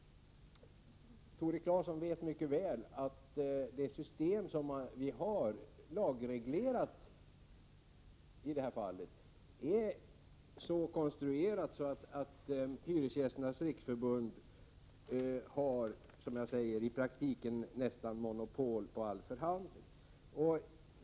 Tore Claeson vet mycket väl att det system vi har — det är lagreglerat — är så konstruerat att Hyresgästernas riksförbund i praktiken som sagt har nästan monopol på all förhandling.